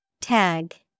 Tag